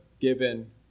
given